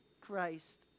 Christ